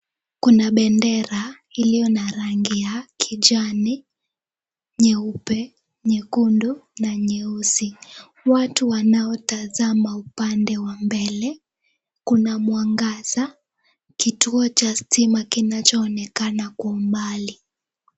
Kuna bendera iliyo na rangi ya kijani, nyeupe, nyekundu na nyeusi. Watu wanatazama upande wa mbele kuna mwangaza, kituo cha stima kinachoonekana kwa umbali.